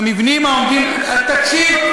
אדוני סגן השר, את חצופה,